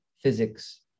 physics